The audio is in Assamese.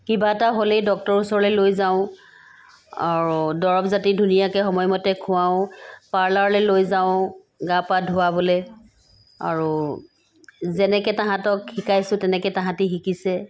কিবা এটা হ'লেই ডক্তৰৰ ওচৰলৈ লৈ যাওঁ আৰু দৰৱ জাতি ধুনীয়াকৈ সময়মতে খুৱাওঁ পাৰ্লাৰলৈ লৈ যাওঁ গা পা ধুৱাবলৈ আৰু যেনেকৈ তাঁহাতক শিকাইছোঁ তেনেকৈ তাঁহাতি শিকিছে